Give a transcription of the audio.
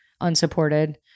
unsupported